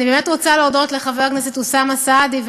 אני באמת רוצה להודות לחברי הכנסת אוסאמה סעדי,